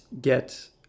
get